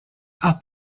are